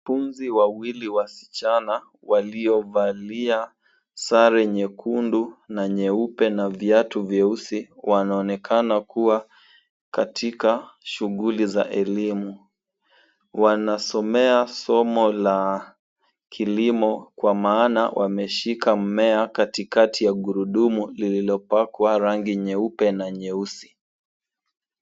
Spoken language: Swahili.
Pumzi wawili wasichana waliovalia sare nyekundu na nyeupe na viatu vyeusi wanaonekana kuwa katika shughuli za elimu. Wanasomea somo la kilimo kwa maana wameshika mmea katikati ya gurudumu lililopakwa rangi ya nyeupe na nyeusi.